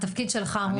התפקיד שלך הוא?